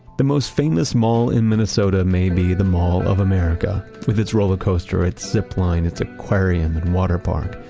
the most famous mall in minnesota may be the mall of america with its rollercoaster, its zipline, its aquarium and waterpark,